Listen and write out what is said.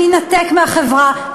להינתק מהחברה,